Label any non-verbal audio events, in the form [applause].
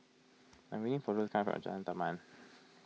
I am waiting for [unintelligible] Jalan Taman